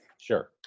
Sure